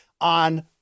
on